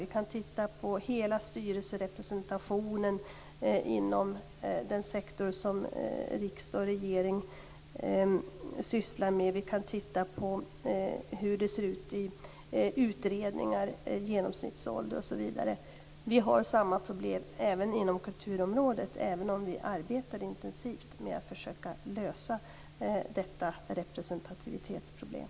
Vi kan titta på hela styrelserepresentationen inom den sektor som riksdag och regering sysslar med, på genomsnittsåldern i utredningar osv. Samma problem finns även inom kulturområdet, även om vi arbetar intensivt med att försöka lösa detta representativitetsproblem.